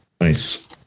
Nice